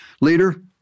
leader